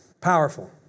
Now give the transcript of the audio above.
Powerful